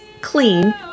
clean